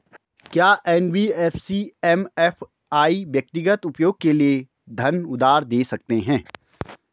क्या NBFC MFI व्यक्तिगत उपयोग के लिए धन उधार दें सकते हैं?